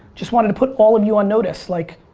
just wanted to put all of you on notice. like,